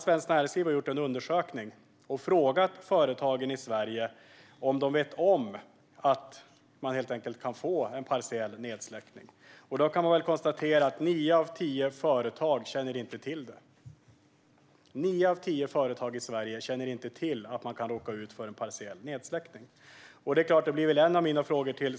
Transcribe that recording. Svenskt Näringsliv har gjort en undersökning där man frågat företagen i Sverige om de vet om att de kan råka ut för en partiell nedsläckning. Man kan konstatera att nio av tio företag i Sverige inte känner till detta.